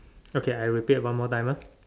okay I repeat a one more time ah